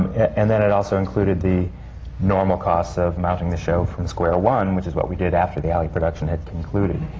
and then, it also included the normal costs of mounting the show from square one, which is what we did after the alley production had concluded.